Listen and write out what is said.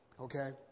okay